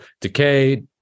decay